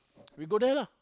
we go there lah